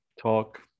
talk